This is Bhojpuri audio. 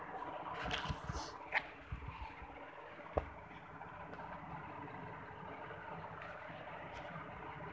चोर तोहार जमीन मकान के जाली कागज बना के ओके बेच देलन